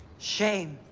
shame.